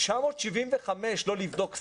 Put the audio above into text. מ-1975 לא לבדוק סל?